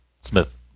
Smith